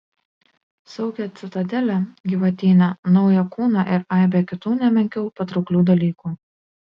saugią citadelę gyvatyne naują kūną ir aibę kitų ne menkiau patrauklių dalykų